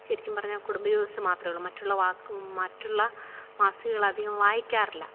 ശരിക്കും പറഞ്ഞാല് കുടുംബ ജ്യോതിസ് മാത്രമേ ഉള്ളു മറ്റുള്ള വാക്കും മറ്റുള്ള മാസികകളധികം വായിക്കാറില്ല